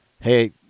hey